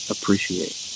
Appreciate